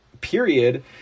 period